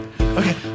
Okay